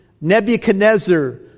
Nebuchadnezzar